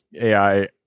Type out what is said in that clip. AI